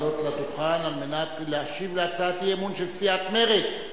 לעלות לדוכן כדי להשיב על הצעת אי-אמון של סיעת מרצ,